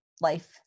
life